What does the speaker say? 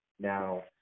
Now